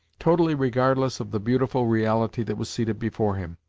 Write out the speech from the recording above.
totally regardless of the beautiful reality that was seated before him,